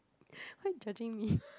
why judging me